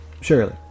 surely